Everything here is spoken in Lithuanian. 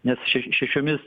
nes še šešiomis